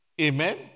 Amen